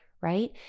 right